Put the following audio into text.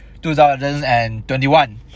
2021